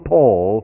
Paul